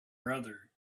brother